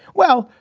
well,